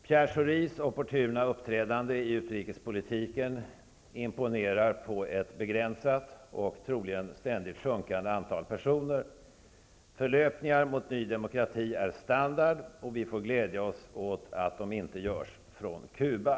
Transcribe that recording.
Pierre Schoris opportuna uppträdande i utrikespolitiken imponerar på ett begränsat och troligen ständigt sjunkande antal personer. Förlöpningar mot Ny demokrati är standard, och vi får glädja oss åt att de inte görs från Cuba.